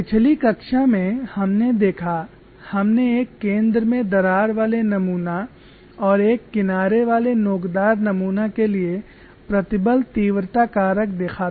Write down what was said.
पिछली कक्षा में हमने देखा हमने एक केंद्र में दरार वाले नमूना और एक किनारे वाले नोकदार नमूना के लिए प्रतिबल तीव्रता कारक देखा था